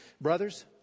brothers